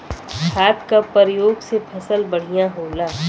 खाद क परयोग से फसल बढ़िया होला